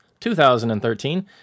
2013